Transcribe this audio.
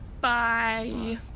Bye